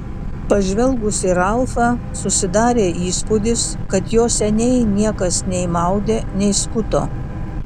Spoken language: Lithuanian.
pažvelgus į ralfą susidarė įspūdis kad jo seniai niekas nei maudė nei skuto